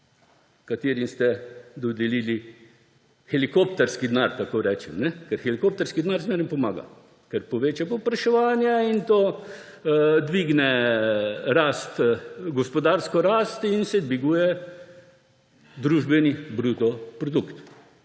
ste jim dodelili helikopterski denar, da tako rečem, ker helikopterski denar zmeraj pomaga, ker poveča povpraševanje, in to dvigne gospodarsko rasto in se dviguje družbeni bruto produkt.